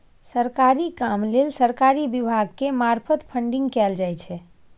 सरकारी काम लेल सरकारी विभाग के मार्फत फंडिंग कएल जाइ छै